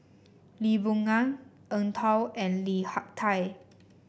Lee Boon Ngan Eng Tow and Lim Hak Tai